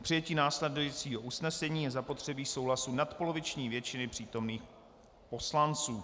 K přijetí následujícího usnesení je zapotřebí souhlasu nadpoloviční většiny přítomných poslanců.